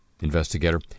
investigator